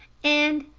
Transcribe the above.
and,